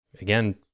again